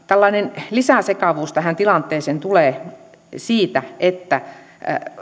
tällainen lisäsekavuus tähän tilanteeseen tulee siitä että